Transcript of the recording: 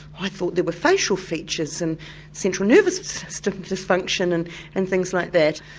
i thought there were facial features and central nervous system dysfunction and and things like that.